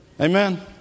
Amen